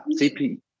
CP